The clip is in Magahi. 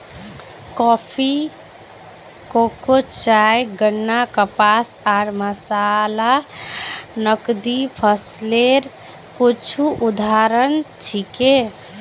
कॉफी, कोको, चाय, गन्ना, कपास आर मसाला नकदी फसलेर कुछू उदाहरण छिके